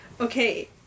Okay